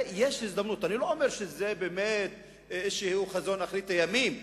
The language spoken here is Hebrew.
אני לא אומר שזה איזה חזון אחרית הימים,